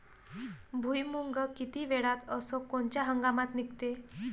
भुईमुंग किती वेळात अस कोनच्या हंगामात निगते?